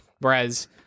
whereas